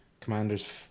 Commanders